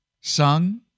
sung